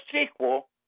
sequel